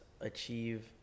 Achieve